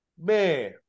Man